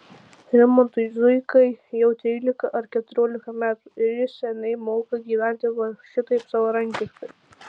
rimantui zuikai jau trylika ar keturiolika metų ir jis seniai moka gyventi va šitaip savarankiškai